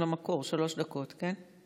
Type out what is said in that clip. אנחנו חוזרים למקור, שלוש דקות, כן?